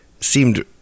seemed